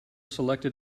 selected